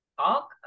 Talk